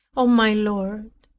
o my lord!